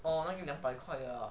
oh 那个两百块的 ah